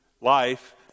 life